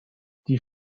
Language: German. die